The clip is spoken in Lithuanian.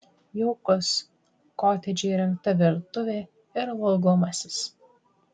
jaukus kotedže įrengta virtuvė ir valgomasis